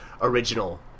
original